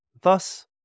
Thus